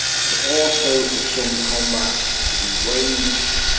but also for some combat to be waged.